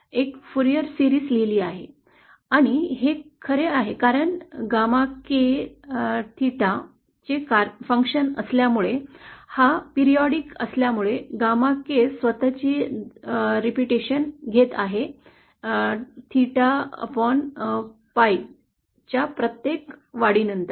आणि हे खरे आहे कारण GAMA K Theta चे कार्य असल्यामुळे हा नियतकालिक असल्यामुळे GAMA K स्वतची जागा घेत आहे ThetaPi च्या प्रत्येक वाढीनंतर